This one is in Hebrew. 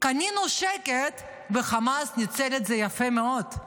קנינו שקט, וחמאס ניצל את זה יפה מאוד,